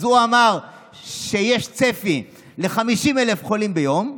אז הוא אמר שיש צפי ל-50,000 חולים ביום,